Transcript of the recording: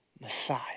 Messiah